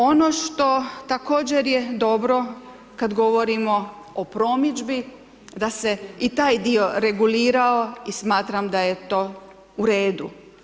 Ono što također je dobro kada govorimo o promidžbi da se i taj dio regulirao i smatram da je tu redu.